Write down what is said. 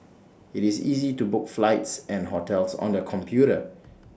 IT is easy to book flights and hotels on the computer